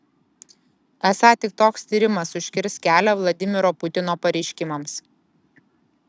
esą tik toks tyrimas užkirs kelią vladimiro putino pareiškimams